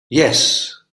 yes